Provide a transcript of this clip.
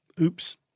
Oops